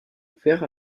ouvert